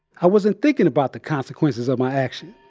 i wasn't thinking about the consequences of my action.